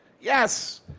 Yes